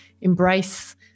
embrace